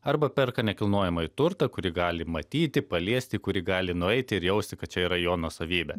arba perka nekilnojamąjį turtą kurį gali matyti paliesti į kuri gali nueiti ir jausti kad čia yra jo nuosavybė